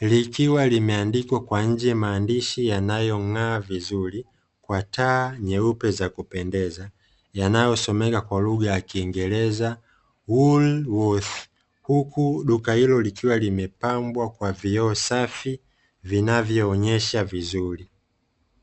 likiwa limeandikwa kwa nje maandishi yanayong'aa vizuri kwa taa nyeupe za kupendeza, yanayosomeka kwa lugha ya kiingereza "woolworths", huku duka hilo likiwa limepambwa kwa vioo safi vinavyoonyesha vizuri.